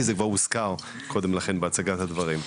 כי זה כבר הוזכר קודם לכן בהצגת הדברים.